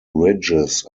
ridges